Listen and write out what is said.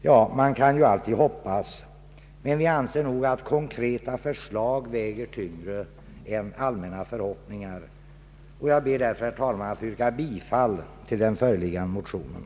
Ja, man kan ju alltid hoppas. Men vi anser nog att konkreta förslag väger tyngre än allmänna förhoppningar. Jag ber därför, herr talman, att få yrka bifall till den föreliggande reservationen.